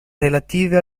relative